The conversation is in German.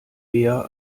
mehr